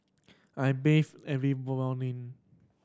I bathe every morning